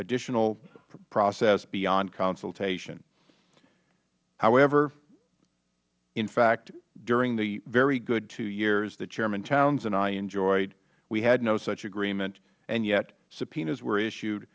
additional process beyond consultation however in fact during the very good hyears that chairman towns and i enjoyed we had no such agreement and yet subpoenas were issued